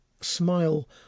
Smile